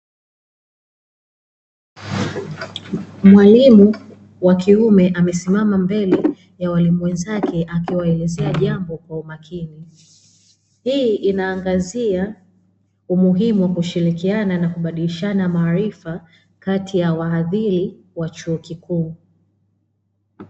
Mwalimu wa kiume, amesimama mbele ya walimu wenzake; akiwaelezea jambo kwa makini, hii inaangazia umuhimu wa kushirikiana na kubadilishana maharifa kati ya wahadhiri wa chuo kikuu.